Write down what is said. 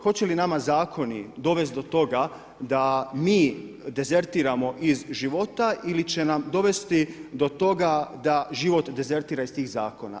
Hoće li nama zakoni dovesti do toga da mi dezertiramo iz života ili će nam dovesti do toga da život dezertira iz tih zakona.